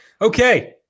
Okay